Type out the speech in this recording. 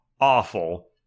awful